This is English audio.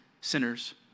sinners